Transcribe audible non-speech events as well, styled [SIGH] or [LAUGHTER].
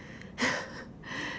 [LAUGHS]